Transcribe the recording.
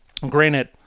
Granted